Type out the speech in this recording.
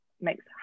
makes